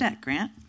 grant